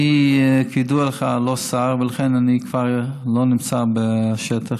כידוע לך, אני לא שר, ולכן אני כבר לא נמצא בשטח.